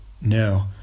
No